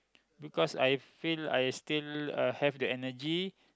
because I feel I still uh have the energy